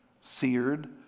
seared